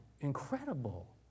incredible